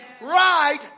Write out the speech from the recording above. right